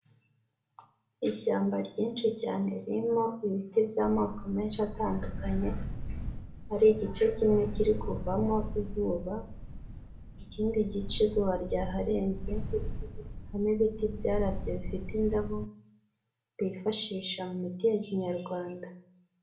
Ishyamba ryinshi cyane ririmo ibiti by'amoko menshi atandukanye hari igice kimwe kiri kuvamo izuba, ikindi gice izuba ryaharenze, harimo ibiti byarabye bifite indabo bifashisha mu miti ya kinyarwanda.